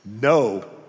No